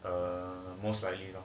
err most likely